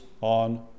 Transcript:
on